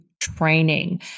training